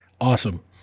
Awesome